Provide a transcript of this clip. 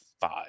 five